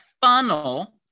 funnel